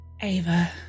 Ava